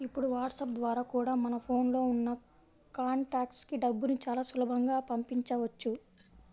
ఇప్పుడు వాట్సాప్ ద్వారా కూడా మన ఫోన్ లో ఉన్న కాంటాక్ట్స్ కి డబ్బుని చాలా సులభంగా పంపించవచ్చు